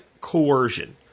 coercion